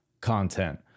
content